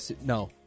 no